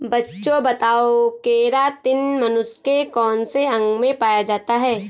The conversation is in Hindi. बच्चों बताओ केरातिन मनुष्य के कौन से अंग में पाया जाता है?